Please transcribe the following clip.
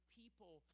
people